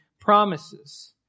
promises